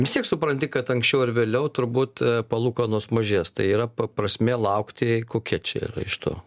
vis tiek supranti kad anksčiau ar vėliau turbūt palūkanos mažės tai yra prasmė laukti kokia čia yra iš to